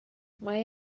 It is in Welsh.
mae